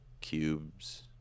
cubes